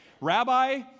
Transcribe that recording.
Rabbi